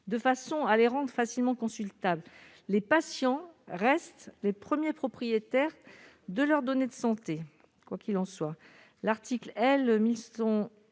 de façon à les rendent facilement consultables les patients restent les premiers propriétaires de leurs données de santé quoi qu'il en soit, l'article L-1000